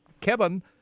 Kevin